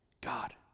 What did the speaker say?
God